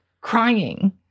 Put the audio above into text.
crying